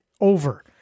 over